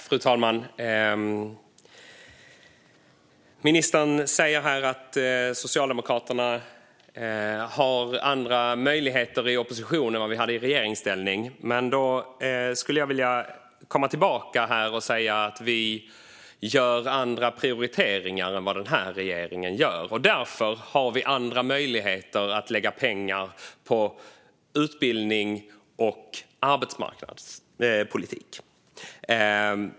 Fru talman! Ministern säger här att Socialdemokraterna har andra möjligheter i opposition än man hade i regeringsställning. Då skulle jag vilja komma tillbaka och säga att vi gör andra prioriteringar än den här regeringen gör, och därför har vi andra möjligheter att lägga pengar på utbildning och arbetsmarknadspolitik.